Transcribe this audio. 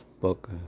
book